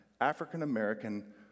African-American